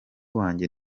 wanjye